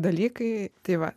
dalykai tai va